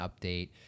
update